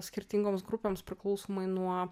skirtingoms grupėms priklausomai nuo